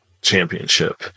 Championship